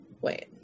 Wait